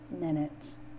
minutes